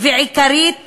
ועיקרית